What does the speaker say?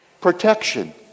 protection